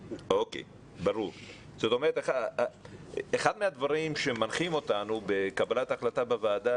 אחד הדברים שמנחים אותנו בקבלת החלטה בוועדה,